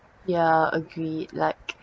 ya agreed like